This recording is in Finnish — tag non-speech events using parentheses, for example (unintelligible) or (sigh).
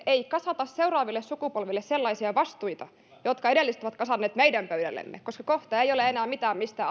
että ei kasata seuraaville sukupolville sellaisia vastuita joita edelliset ovat kasanneet meidän pöydällemme koska kohta ei ole enää mitään mistä (unintelligible)